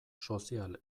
sozial